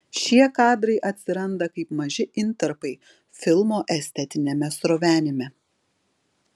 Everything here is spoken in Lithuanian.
šie kadrai atsiranda kaip maži intarpai filmo estetiniame srovenime